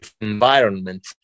environment